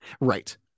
Right